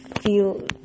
feel